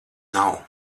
nav